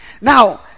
Now